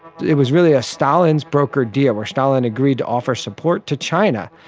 it was really a stalin brokered deal where stalin agreed to offer support to china.